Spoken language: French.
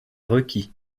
requis